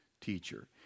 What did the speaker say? teacher